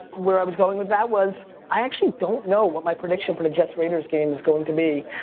where i was going with that was i actually don't know what my prediction for the jets-raiders game is going to be.